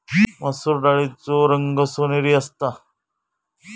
मसुर डाळीचो रंग सोनेरी असता